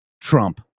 trump